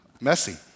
messy